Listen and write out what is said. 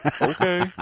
Okay